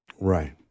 right